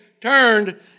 turned